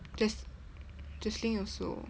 jes~ jeslyn also